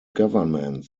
government